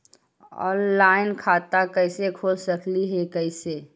Online खाता कैसे खोल सकली हे कैसे?